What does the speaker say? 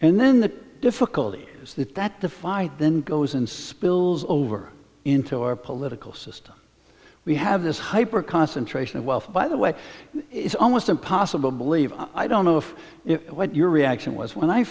and then the difficulty is that the fight then goes and spills over into our political system we have this hyper concentration of wealth by the way it's almost impossible to believe i don't know if it what your reaction was when i